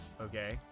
Okay